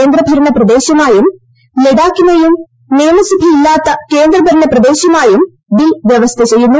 കേന്ദ്രഭരണപ്രദേശമായും ലഡാക്കിനെയും നിയമസഭയില്ലാത്ത കേന്ദ്രഭരണപ്രദേശമായും ബിൽ വ്യവസ്ഥചെയ്യുന്നു